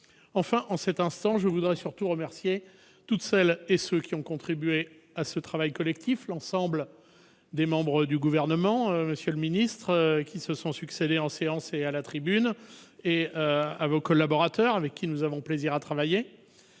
Enfin, en cet instant, je voudrais surtout remercier toutes celles et tous ceux qui ont contribué à ce travail collectif : l'ensemble des membres du Gouvernement et M. le secrétaire d'État, qui se sont succédé en séance et à la tribune, et leurs collaborateurs, avec lesquels nous avons plaisir à travailler